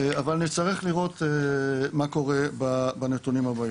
אבל נצטרך לראות מה קורה בנתונים הבאים.